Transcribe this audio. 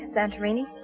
Santorini